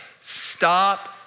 Stop